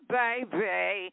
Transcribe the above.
baby